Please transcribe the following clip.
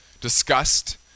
discussed